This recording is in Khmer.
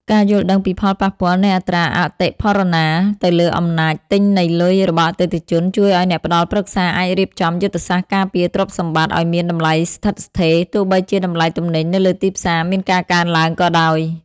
ការយល់ដឹងពីផលប៉ះពាល់នៃអត្រាអតិផរណាទៅលើអំណាចទិញនៃលុយរបស់អតិថិជន ជួយឱ្យអ្នកផ្ដល់ប្រឹក្សាអាចរៀបចំយុទ្ធសាស្ត្រការពារទ្រព្យសម្បត្តិឱ្យមានតម្លៃស្ថិតស្ថេរ ទោះបីជាតម្លៃទំនិញនៅលើទីផ្សារមានការកើនឡើងក៏ដោយ។